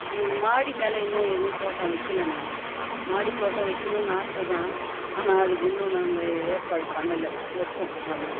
மாடி மேலே இன்னும் எதுவும் தோட்டம் வைக்கல நாங்க மாடித் தோட்டம் வக்கணுன் ஆசைதான் ஆனால் அதுக்கு இன்னும் நாங்கள் ஏ ஏற்பாடு பண்ணலை வைப்போம் அதுவும்